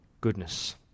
goodness